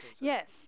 Yes